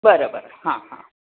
बरं बरं हां हां